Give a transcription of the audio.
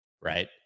right